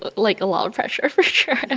like, a lot of pressure, for sure. and